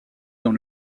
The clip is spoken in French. dans